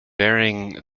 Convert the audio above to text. varying